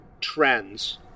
trends